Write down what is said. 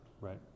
right